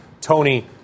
Tony